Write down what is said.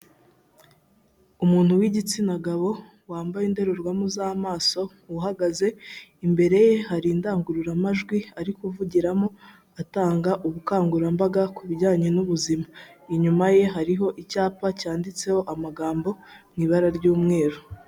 Umuntu w'igitsina gabo, wambaye indorerwamo z'amaso, uhagaze, imbere ye hari indangururamajwi ari kuvugiramo atanga ubukangurambaga ku bijyanye n'ubuzima, inyuma ye hariho icyapa cyanditseho amagambo mu ibara ry'umweru.